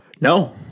No